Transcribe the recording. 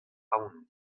aon